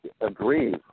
agree